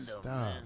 Stop